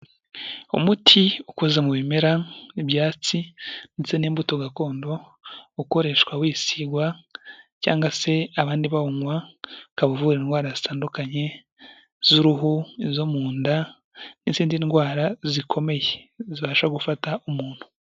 Umuti ukoze mu bimera, ibyatsi ndetse n'imbuto gakondo ukoreshwa wisigwa cyangwa se abandi bawunywa, ukaba uvura indwara zitandukanye z'uruhu, izo mu nda n'izindi ndwara zikomeye zibasha gufata umuntu.